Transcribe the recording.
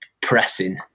pressing